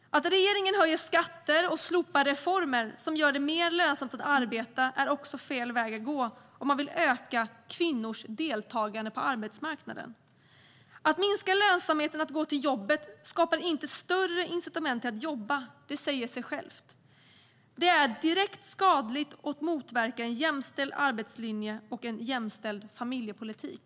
Att regeringen höjer skatter och slopar reformer som gör det mer lönsamt att arbeta är också fel väg att gå om man vill öka kvinnors deltagande på arbetsmarknaden. Att minska lönsamheten i att gå till jobbet skapar inte större incitament för att jobba; det säger sig självt. Det är direkt skadligt och motverkar en jämställd arbetslinje och en jämställd familjepolitik.